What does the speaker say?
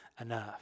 enough